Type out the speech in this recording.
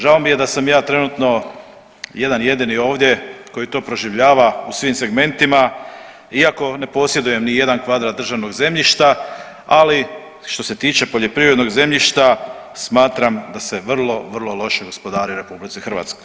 Žao mi je da sam ja trenutno jedan jedini ovdje koji to proživljava u svim segmentima iako ne posjedujem nijedan kvadrat državnog zemljišta, ali što se tiče poljoprivrednog zemljišta smatram da se vrlo vrlo loše gospodari u RH.